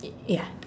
ya